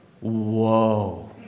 Whoa